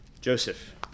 Joseph